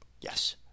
Yes